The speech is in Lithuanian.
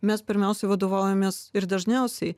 mes pirmiausia vadovaujamės ir dažniausiai